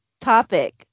topic